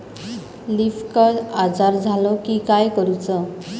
Leaf curl आजार झालो की काय करूच?